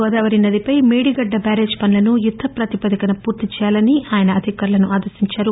గోదావరి నదిపై మేడిగడ్డ బ్యారేజ్ పనులను యుద్ద ప్రాతిపదికన పూర్తి చేయాలనీ ఆయన అధికారులను ఆదేశించారు